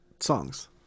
Songs